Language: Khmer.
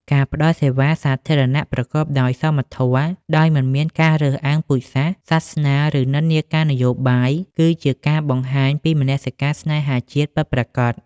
ការផ្តល់សេវាសាធារណៈប្រកបដោយសមធម៌ ដោយមិនមានការរើសអើងពូជសាសន៍ សាសនា ឬនិន្នាការនយោបាយ គឺជាការបង្ហាញពីមនសិការស្នេហាជាតិពិតប្រាកដ។